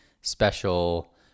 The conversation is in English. special